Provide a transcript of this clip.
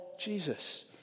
Jesus